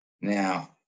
Now